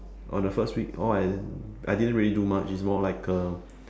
on the first week all I I didn't really do much it's more like a